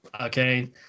okay